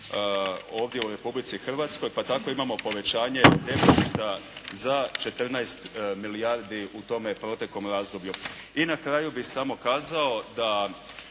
ovdje u Republici Hrvatskoj, pa tako imamo povećanje …/Govornik se ne razumije./… za 14 milijardi u tome proteklom razdoblju. I na kraju bi samo kazao da